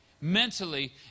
mentally